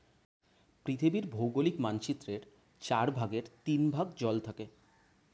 পৃথিবীর ভৌগোলিক মানচিত্রের চার ভাগের তিন ভাগ জল থাকে